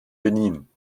benin